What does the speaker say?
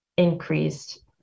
increased